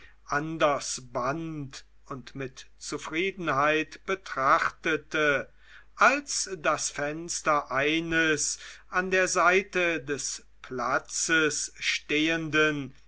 anders band und mit zufriedenheit betrachtete als das fenster eines an der seite des platzes stehenden